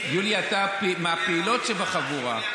יוליה הייתה מהפעילות שבחבורה.